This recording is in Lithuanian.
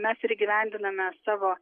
mes ir įgyvendiname savo